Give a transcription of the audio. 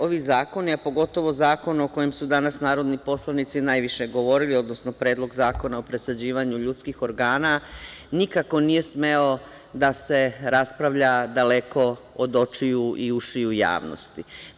Ovi zakoni, a pogotovo zakon o kojem su danas narodni poslanici najviše govorili, odnosno Predlog zakona o presađivanju ljudskih organa, nikako nije smeo da se raspravlja daleko od očiju i ušiju javnosti.